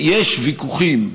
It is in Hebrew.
ויש ויכוחים,